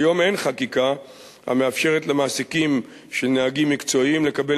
כיום אין חקיקה המאפשרת למעסיקים של נהגים מקצועיים לקבל